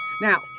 Now